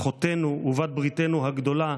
אחותנו ובת בריתנו הגדולה,